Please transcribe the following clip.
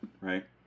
right